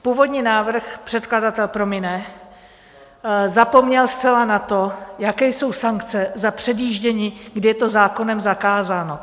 Původní návrh předkladatel promine zapomněl zcela na to, jaké jsou sankce za předjíždění, kdy je to zákonem zakázáno.